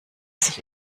sich